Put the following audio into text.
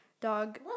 dog